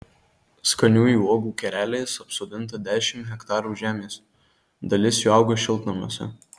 skaniųjų uogų kereliais apsodinta dešimt hektarų žemės dalis jų auga šiltnamiuose